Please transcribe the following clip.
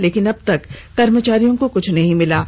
लेकिन अब तक कर्मचारियों को क्छ भी नहीं मिला है